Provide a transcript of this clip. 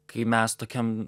kai mes tokiam